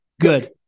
good